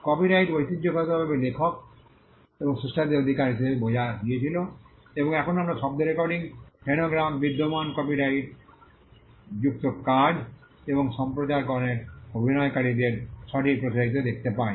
কপিরাইটটি ঐতিহ্যগতভাবে লেখক এবং স্রষ্টাদের অধিকার হিসাবে বোঝা গিয়েছিল এবং এখন আমরা শব্দ রেকর্ডিং ফোনোগ্রাম বিদ্যমান কপিরাইটযুক্ত কাজ এবং সম্প্রচারকগণের অভিনয়কারীদের সঠিক প্রসারিত দেখতে পাই